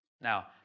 Now